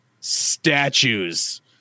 statues